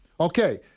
Okay